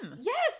yes